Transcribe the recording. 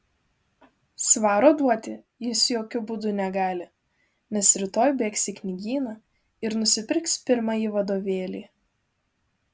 svaro duoti jis jokiu būdu negali nes rytoj bėgs į knygyną ir nusipirks pirmąjį vadovėlį